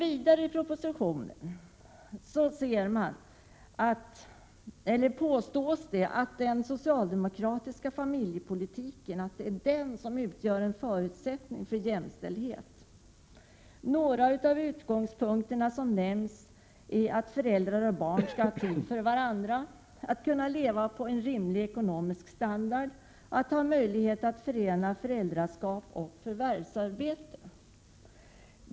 I propositionen påstås vidare att den socialdemokratiska familjepolitiken utgör en förutsättning för jämställdhet. Några av de utgångspunkter som nämns är att föräldrar och barn skall ha tid för varandra, de skall kunna leva på en rimlig ekonomisk standard och de skall ha möjlighet att förena föräldraskap och förvärvsarbete.